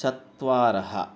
चत्वारः